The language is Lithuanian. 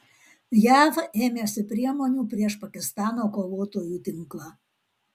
jav ėmėsi priemonių prieš pakistano kovotojų tinklą